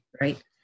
right